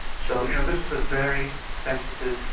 so you know this is a very sensitive,